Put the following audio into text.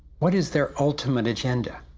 what is their ultimate agenda?